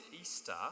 Easter